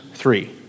three